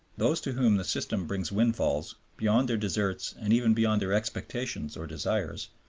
those to whom the system brings windfalls, beyond their deserts and even beyond their expectations or desires,